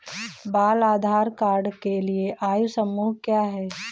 बाल आधार कार्ड के लिए आयु समूह क्या है?